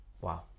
Wow